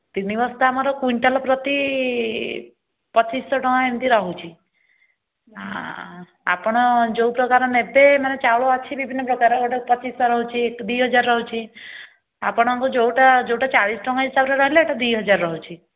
ତିନି ବର୍ଷ ଆମର କୁଇଣ୍ଟାଲ୍ ପ୍ରତି ପଚିଶଶହ ଟଙ୍କା ଏମିତି ରହୁଛି ଆପଣ ଯେଉଁ ପ୍ରକାର ନେବେ ମାନେ ଚାଉଳ ଅଛି ବିଭିନ୍ନପ୍ରକାର ଗୋଟେ ପଚିଶଶହ ରହୁଛି ଦୁଇ ହଜାର ରହୁଛି ଆପଣଙ୍କୁ ଯେଉଁଟା ଚାଳିଶ ଟଙ୍କା ହିସାବରେ ରହିଲା ସେଇଟା ଦୁଇ ହଜାର ରହୁଛି